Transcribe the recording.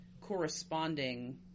corresponding